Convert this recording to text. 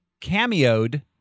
cameoed